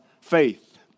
faith